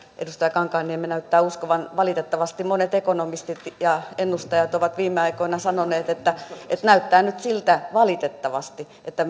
edustaja kankaanniemi näyttää uskovan valitettavasti monet ekonomistit ja ennustajat ovat viime aikoina sanoneet että näyttää nyt siltä valitettavasti että